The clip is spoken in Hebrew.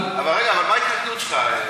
אבל מה ההתנגדות שלך?